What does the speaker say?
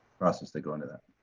processes that go into that.